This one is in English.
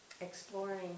exploring